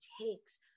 takes